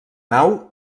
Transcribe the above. nau